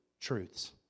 truths